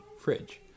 fridge